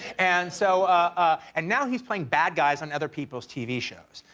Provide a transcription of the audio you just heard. and so ah and now he's playing bad guys on other people's tv shows.